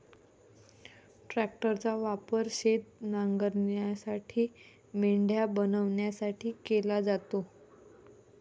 ट्रॅक्टरचा वापर शेत नांगरण्यासाठी, मेंढ्या बनवण्यासाठी केला जातो